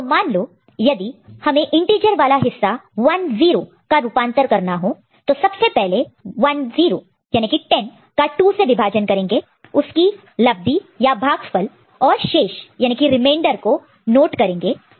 तो मान लो यदि हमें इंटीजर वाला हिस्सा 10 का रूपांतर कन्वर्शन conversion करना हो तो सबसे पहले हम 10 को 2 से विभाजन डिवाइड divide करेंगे उसका भागफल क्वोशन्ट quotient और शेष रिमेंडर remainder को नोट करेंगे